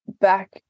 back